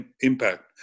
impact